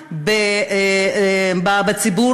רק"ע בקרב ציבור